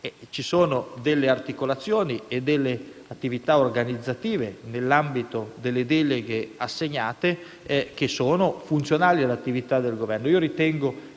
Ci sono delle articolazioni e delle attività organizzative nell'ambito delle deleghe assegnate che sono funzionali all'attività del Governo.